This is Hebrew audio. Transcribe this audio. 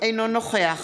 אינו נוכח